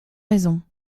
raison